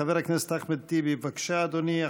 חבר הכנסת אחמד טיבי, בבקשה, אדוני.